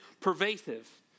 pervasive